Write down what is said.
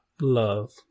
love